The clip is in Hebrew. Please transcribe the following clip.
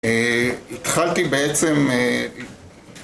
התחלתי בעצם...